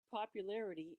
popularity